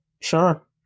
Sure